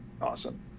Awesome